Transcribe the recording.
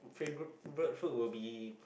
favourite food will be